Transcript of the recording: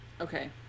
Okay